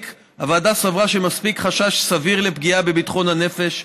הוועדה סברה שמספיק חשש סביר לפגיעה בביטחון הנפש,